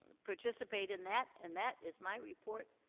participate in that. and that is my report,